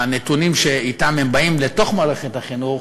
הנתונים שאתם הם באים לתוך מערכת החינוך